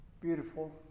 beautiful